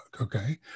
Okay